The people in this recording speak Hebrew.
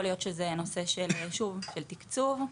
יכול להיות שזה שוב נושא של תקצוב.